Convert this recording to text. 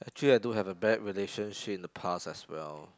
actually I do have a bad relationship in the past as well